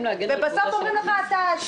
ובסוף אומרים לך שאתה אשם.